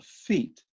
feet